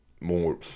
more